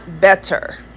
better